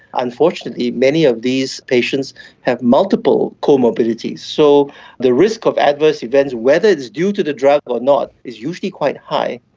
unfortunately many of these patients have multiple comorbidities. so the risk of adverse events, whether it it's due to the drug or not, is usually quite high.